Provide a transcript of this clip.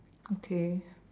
okay